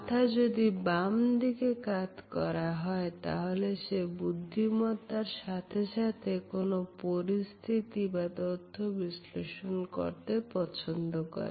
মাথা যদি বাম দিকে কাত করা হয় তাহলে সে বুদ্ধিমত্তার সাথে কোন পরিস্থিতি বা তথ্য বিশ্লেষণ করতে পছন্দ করে